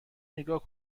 نیگا